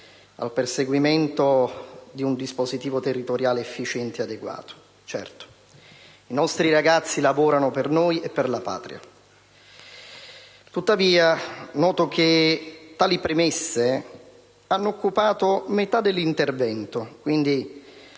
al perseguimento di un dispositivo territoriale efficiente ed adeguato (i nostri ragazzi lavorano per noi e per la Patria). Tuttavia, noto che tali premesse hanno occupato metà dell'intervento. La